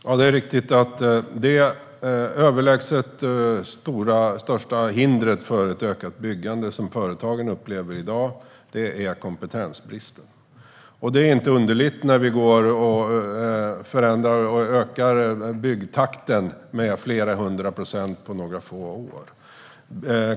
Herr talman! Det är riktigt att det överlägset största hinder för ett ökat byggande som företagen i dag upplever är kompetensbristen. Det är inte underligt när vi ökar byggtakten med flera hundra procent på några få år.